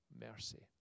mercy